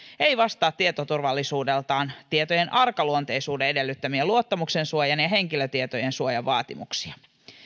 eivät vastaa tietoturvallisuudeltaan tietojen arkaluonteisuuden edellyttämiä luottamuksensuojan ja ja henkilötietojen suojan vaatimuksia